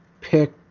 pick